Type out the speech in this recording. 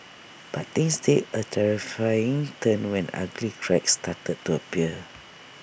but things take A terrifying turn when ugly cracks started to appear